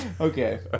Okay